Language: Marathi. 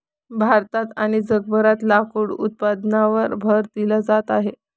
भारतात आणि जगभरात लाकूड उत्पादनावर भर दिला जात आहे